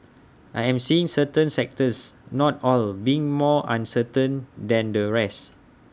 I am seeing certain sectors not all being more uncertain than the rest